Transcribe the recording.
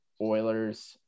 oilers